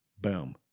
boom